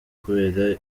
kubera